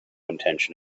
intention